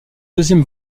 deuxième